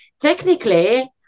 technically